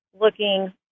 looking